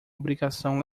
obrigação